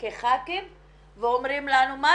אם אני פותחת שיחה עם אמא בנושא הזה אז היא אומרת לי: תגידי,